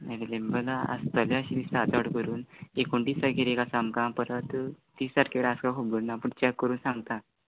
आसतलें अशें दिसता चड करून एकोणटीस तारकेर एक आसा आमकां परत तीस तारकेर आस का खबरना पूण चॅक करून सांगतां